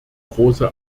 große